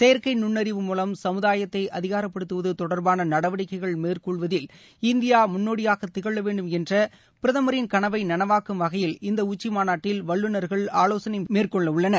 செயற்கை நுண்ணறிவு முலம் சமுதாயத்ததை அதிகாரப்படுத்துவது தொடர்பான நடவடிக்கைகள் மேற்கொள்வதில் இந்தியா முன்னோடியாக திகழவேண்டும் என்ற பிரதமரின் கனவை நனவாக்கும் வகையில் இந்த உச்சி மாநாட்டில் வல்லுநர்கள் ஆலோசனைகள் மேற்கொள்ள உள்ளனர்